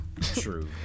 true